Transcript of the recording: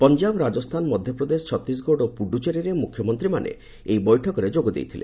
ପଞ୍ଜାବ ରାଜସ୍ଥାନ ମଧ୍ୟପ୍ରଦେଶ ଛତିଶଗଡ଼ ଓ ପୁଡ଼ୁଚେରୀର ମୁଖ୍ୟମନ୍ତ୍ରୀମାନେ ଏହି ବୈଠକରେ ଯୋଗ ଦେଇଥିଲେ